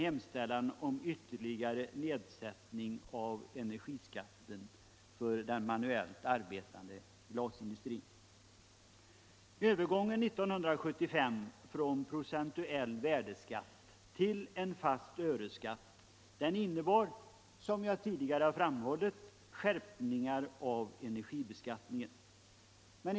Övergången år 1975 från procentuell värdeskatt till en fast öreskatt innebar, som jag tidigare har framhållit, skärpningar av energibeskattningen.